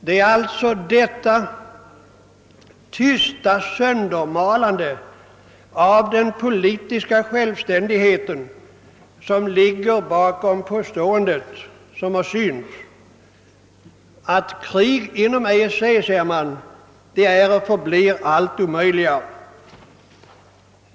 Det är alltså detta tysta söndermalande av den politiska självständigheten som ligger bakom påståendet, att krig inom EEC är och förblir allt omöjligare.